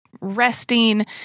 resting